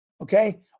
okay